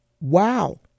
Wow